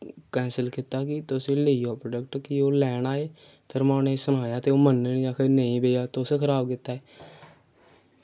cancel कीता ओह् product कि तुस लैन आओ ते फिर ओह् लैन आए ते फिर में उनेंगी सनाया ते ओह् मन्ने निं कि भैया नेईं एह् तुसें खराब कीता